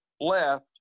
left